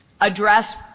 address